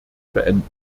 beenden